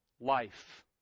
life